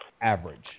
average